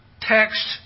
text